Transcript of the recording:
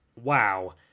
wow